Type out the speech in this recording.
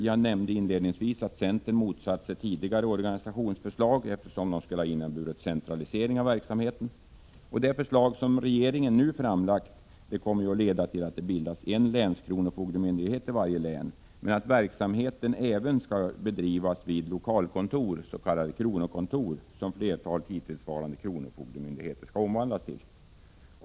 Jag nämnde inledningsvis att centern motsatt sig tidigare omorganisationsförslag, eftersom dessa skulle ha inneburit en centralisering av verksamheten. Det förslag som regeringen nu har framlagt kommer att leda till att det bildas en länskronofogdemyndighet i varje län, men att verksamhet även skall bedrivas vid lokalkontor, s.k. kronokontor, som flertalet hittillsvarande kronofogdemyndigheter skall omvandlas till.